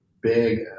big